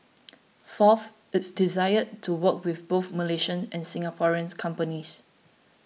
fourth its desire to work with both Malaysian and Singaporean companies